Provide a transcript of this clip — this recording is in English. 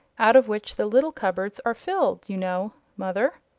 out of which the little cupboards are filled, you know, mother.